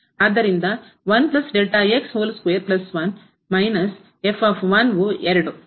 ಆದ್ದರಿಂದ ಮೈನಸ್ ವು 2 ಇದನ್ನು ಭಾಗಿಸಲಾಗಿದೆ